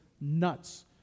nuts